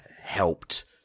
helped